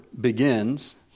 begins